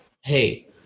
hey